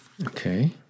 Okay